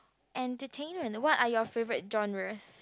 entertainment what are your favourite genres